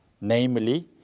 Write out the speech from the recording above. namely